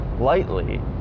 lightly